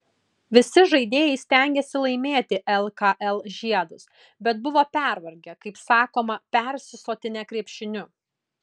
visi žaidėjai stengėsi laimėti lkl žiedus bet buvo pervargę kaip sakoma persisotinę krepšiniu